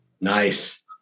Nice